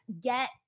get